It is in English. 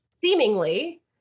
seemingly